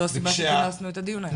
זו הסיבה שכינסנו את הדיון היום.